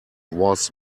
was